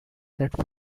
that